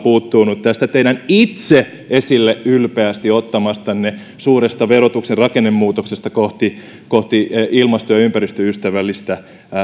puuttuu nyt tästä teidän itse esille ylpeästi ottamastanne suuresta verotuksen rakennemuutoksesta kohti kohti ilmasto ja ympäristöystävällistä